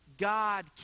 God